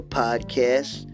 podcast